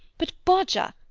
but bodger,